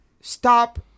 stop